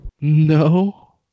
No